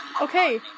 Okay